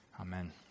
Amen